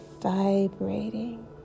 vibrating